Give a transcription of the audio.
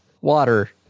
water